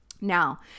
Now